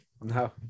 no